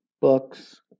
Books